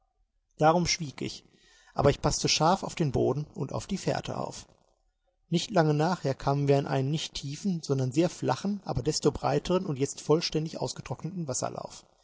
darum schwieg ich aber ich paßte scharf auf den boden und auf die fährte auf nicht lange nachher kamen wir an einen nicht tiefen sondern sehr flachen aber desto breiteren und jetzt vollständig ausgetrockneten wasserlauf